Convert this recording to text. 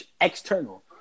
external